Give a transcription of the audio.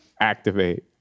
activate